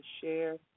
share